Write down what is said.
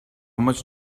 much